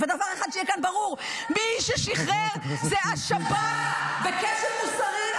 -- היו משחררים אותו בסודי סודות.